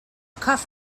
cuff